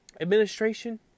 administration